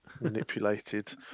manipulated